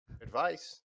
advice